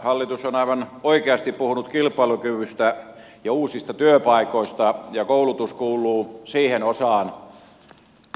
hallitus on aivan oikeasti puhunut kilpailukyvystä ja uusista työpaikoista ja koulutus kuuluu siihen osaan